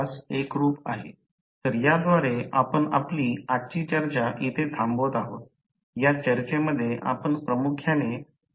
तर विशेषत दुसर्या किंवा तृतीय वर्षात इंडक्शन मशीन चा अभ्यासात कधी प्रयोग कराल त्यावेळी वाऊंड रोटर मशीन ला नक्कीच पहा